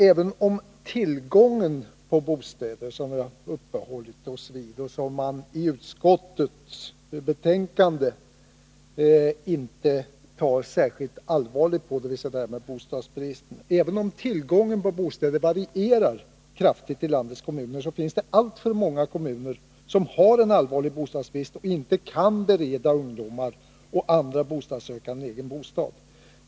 Även om det är så när det gäller bostadsbristen, som vi har uppehållit oss vid här i kammaren men som utskottet i sitt betänkande inte tar särskilt allvarligt på, att tillgången på bostäder varierar kraftigt i landets kommuner, finns det alltför många kommuner som har en allvarlig bostadsbrist och i dag inte kan bereda ungdomar och andra bostadssökande en egen bostad.